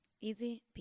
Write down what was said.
Easy